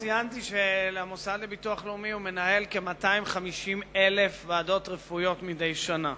ציינתי שהמוסד לביטוח לאומי מנהל כ-250,000 ועדות רפואיות מדי שנה.